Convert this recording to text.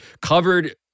covered